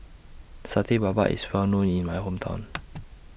Satay Babat IS Well known in My Hometown